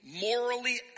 Morally